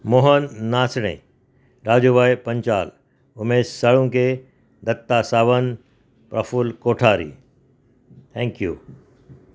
Mohan Nachane Rajubhai Panchal Umesh Salunke Datta Sawan Praful Kothari thank you